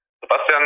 Sebastian